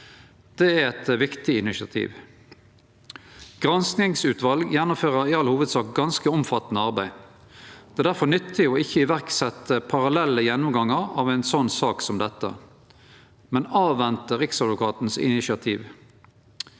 Det er eit viktig initiativ. Granskingsutval gjennomfører i all hovudsak ganske omfattande arbeid. Det er difor nyttig å ikkje setje i verk parallelle gjennomgangar av ei sak som dette, men vente på Riksadvokaten sitt initiativ.